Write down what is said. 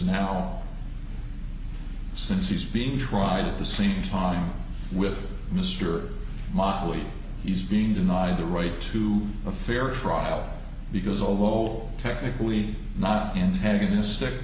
now since he's being tried at the same time with mr smiley he's being denied the right to a fair trial because overall technically not antagonistic